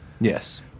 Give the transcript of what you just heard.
Yes